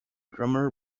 drummer